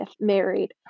married